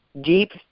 deep